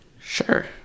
Sure